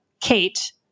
Kate